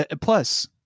Plus